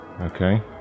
Okay